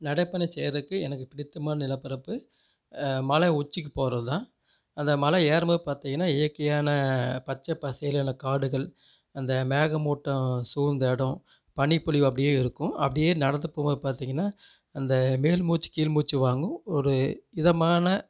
நடைபயணோம் செய்றதுக்கு எனக்கு பிடித்தமான நிலப்பரப்பு மலை உச்சிக்கு போகறதுதான் அந்த மலை ஏறும்போது பார்த்திங்கனா இயற்கையான பச்சைப்பசேலான காடுகள் அந்த மேகமூட்டம் சூழ்ந்த இடோம் பனிப்பொழிவு அப்படியே இருக்கும் அப்படியே நடந்துபோகும்போது பார்த்திங்கனா அந்த மேல் மூச்சு கீழ் மூச்சு வாங்கும் ஒரு இதமான